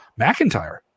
McIntyre